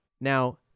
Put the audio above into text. Now